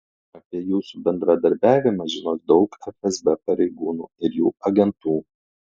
apie jūsų bendradarbiavimą žinos daug fsb pareigūnų ir jų agentų